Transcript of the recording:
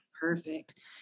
Perfect